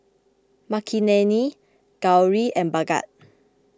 Makineni Gauri and Bhagat